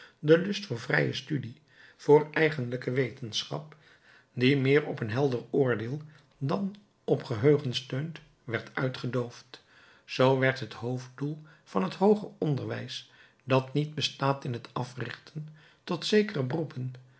de lust voor vrije studie voor eigenlijke wetenschap die meer op een helder oordeel dan op geheugen steunt werd uitgedoofd zoo werd het hoofddoel van het hooger onderwijs dat niet bestaat in het africhten tot zekere beroepen